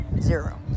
zero